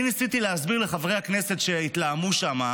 ניסיתי להסביר לחברי הכנסת שהתלהמו שם.